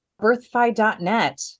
Birthfi.net